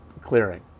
clearing